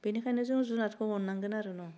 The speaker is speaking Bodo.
बेनिखायनो जों जुनादखौ अन्नांगोन आरो न